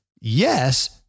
yes